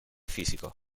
físico